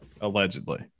Allegedly